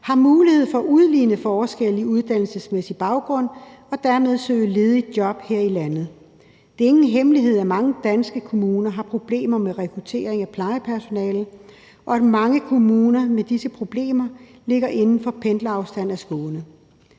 har mulighed for at udligne forskelle i uddannelsesmæssig baggrund og dermed søge ledige job her i landet. Det er ingen hemmelighed, at mange danske kommuner har problemer med rekruttering af plejepersonale, og at mange kommuner med disse problemer ligger inden for pendlerafstand af Skåne.